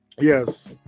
yes